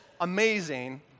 amazing